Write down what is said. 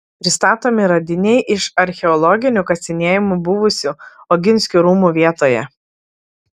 pristatomi radiniai iš archeologinių kasinėjimų buvusių oginskių rūmų vietoje